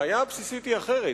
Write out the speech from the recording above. הבעיה הבסיסית היא אחרת.